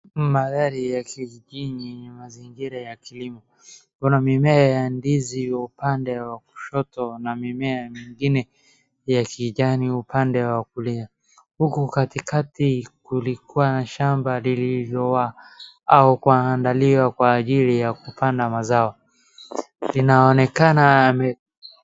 Mandhari ya kijijini ni mazingira ya kilimo, kuna mimea ya ndizi upande wa kushoto, na mimea mingine ya kijani upande wa kulia. Huku katikati kulikuwa na shamba lililo au kuandaliwa kwa ajili ya kupanda mazao linaonekana ame....